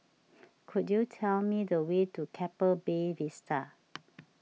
could you tell me the way to Keppel Bay Vista